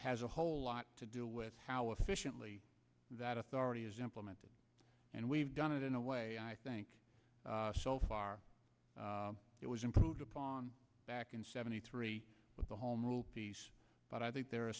has a whole lot to do with how efficiently that authority is implemented and we've done it in a way i think so far it was improved upon back in seventy three with the home rule but i think there are